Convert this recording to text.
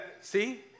See